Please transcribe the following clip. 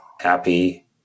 happy